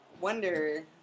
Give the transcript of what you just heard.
wonder